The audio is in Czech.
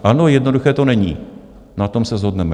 Ano, jednoduché to není, na tom se shodneme.